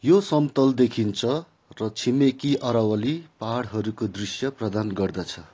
यो समतल देखिन्छ र छिमेकी अरावली पाहाडहरूको दृश्य प्रदान गर्दछ